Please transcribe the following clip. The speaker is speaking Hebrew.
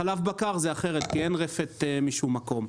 בחלב בקר זה אחרת, כי אין רפת משום מקום.